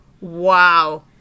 Wow